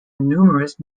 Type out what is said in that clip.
numerous